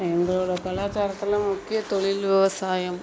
எங்களோடய கலாச்சாரத்தில் முக்கிய தொழில் விவசாயம்